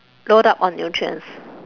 load up on nutrients